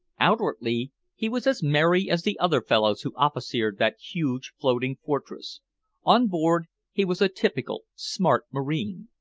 outwardly he was as merry as the other fellows who officered that huge floating fortress on board he was a typical smart marine,